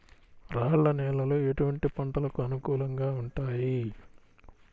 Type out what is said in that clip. రాళ్ల నేలలు ఎటువంటి పంటలకు అనుకూలంగా ఉంటాయి?